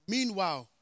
Meanwhile